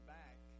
back